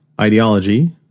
Ideology